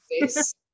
face